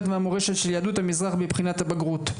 ואת המורשת של יהדות המזרח בבחינת הבגרות.